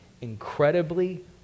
Incredibly